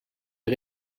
die